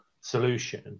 solution